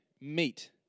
meet